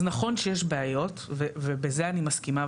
אז נכון שיש בעיות ובזה אני מסכימה.